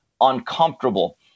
uncomfortable